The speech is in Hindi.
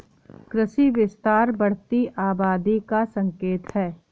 कृषि विस्तार बढ़ती आबादी का संकेत हैं